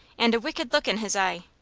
and a wicked look in his eye.